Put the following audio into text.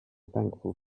thankful